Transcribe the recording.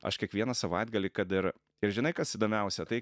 aš kiekvieną savaitgalį kad ir ir žinai kas įdomiausia tai